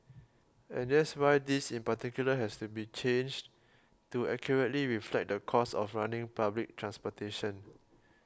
and that's why this in particular has to be changed to accurately reflect the cost of running public transportation